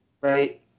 Right